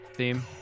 theme